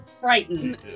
Frightened